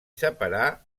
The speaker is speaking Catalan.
separà